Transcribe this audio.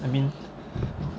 I mean